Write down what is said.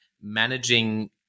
managing